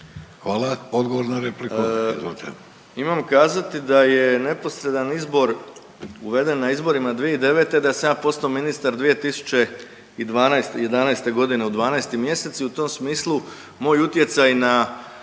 **Bauk, Arsen (SDP)** Imam kazati da je neposredan izbor uveden na izborima 2009., da sam ja postao ministar 2012., '11. godine u 12. mjesecu i u tom smislu moj utjecaj na,